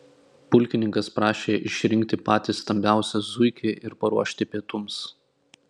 pulkininkas prašė išrinkti patį stambiausią zuikį ir paruošti pietums